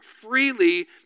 freely